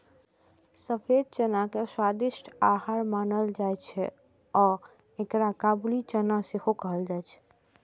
सफेद चना के स्वादिष्ट आहार मानल जाइ छै आ एकरा काबुली चना सेहो कहल जाइ छै